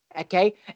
okay